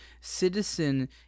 citizen